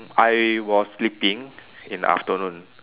I was sleeping in the afternoon